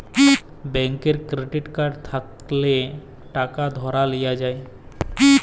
ব্যাংকের credit card থ্যাইকলে টাকা ধার লিয়া যায়